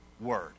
word